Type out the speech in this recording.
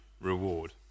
reward